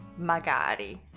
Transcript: Magari